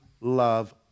love